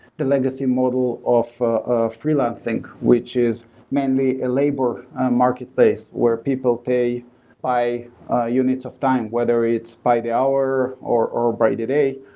legacy model of ah of freelancing, which is mainly a labor marketplace where people pay by ah units of time, whether it's by the hour or or by the day,